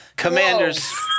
Commanders